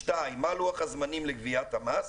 שתיים: מה לוח הזמנים לגביית המס